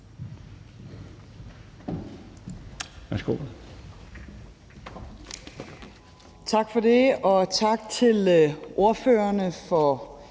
Løhde): Tak for det, og tak til ordførerne for